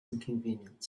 inconvenience